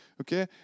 okay